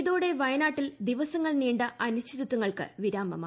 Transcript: ഇതോടെ വയനാട്ടിൽ ദിവസങ്ങൾ നീണ്ട അനിശ്ചിതത്വങ്ങൾക്ക് വിരാമമായി